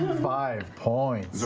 five points